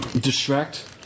distract